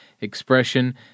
expression